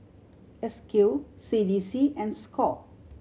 S Q C D C and score